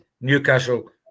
Newcastle